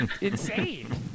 insane